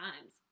times